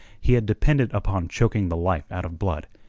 he had depended upon choking the life out of blood,